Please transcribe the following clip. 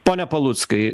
pone paluckai